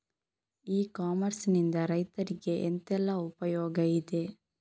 E commerce ನಿಂದ ರೈತರಿಗೆ ಎಂತೆಲ್ಲ ಉಪಯೋಗ ಇದೆ?